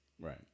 Right